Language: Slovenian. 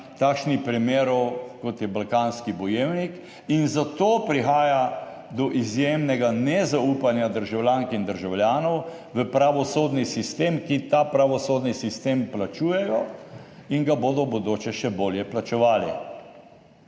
takšnih primerov, kot je Balkanski bojevnik, in zato prihaja do izjemnega nezaupanja državljank in državljanov v pravosodni sistem, ki ta pravosodni sistem plačujejo in ga bodo v bodoče še bolje plačevali.